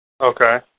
Okay